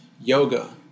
Yoga